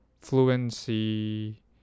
fluency